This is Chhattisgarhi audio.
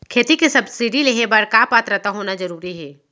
खेती के सब्सिडी लेहे बर का पात्रता होना जरूरी हे?